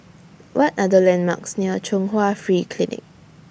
What Are The landmarks near Chung Hwa Free Clinic